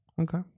Okay